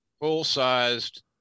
full-sized